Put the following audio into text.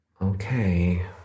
Okay